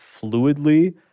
fluidly